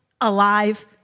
alive